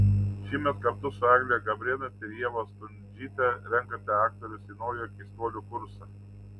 šįmet kartu su egle gabrėnaite ir ieva stundžyte renkate aktorius į naują keistuolių kursą